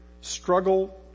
struggle